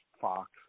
Fox